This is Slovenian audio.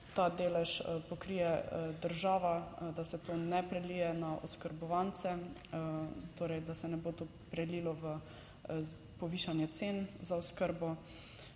ta delež pokrije država, da se to ne prelije na oskrbovance, torej da se ne bo to prelilo v povišanje cen za oskrbo.